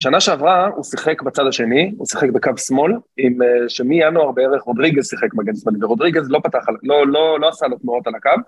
שנה שעברה הוא שיחק בצד השני, הוא שיחק בקו שמאל שמינואר בערך רודריגז שיחק מגן שמאלי, ורודריגז לא עשה לו תנועות על הקו.